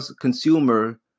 consumer